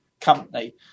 company